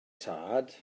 tad